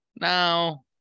Now